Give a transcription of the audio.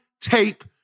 tape